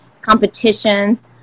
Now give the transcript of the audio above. competitions